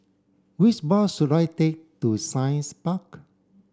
which bus should I take to Science Park